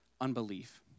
unbelief